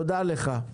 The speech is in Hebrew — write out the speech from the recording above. תודה לך.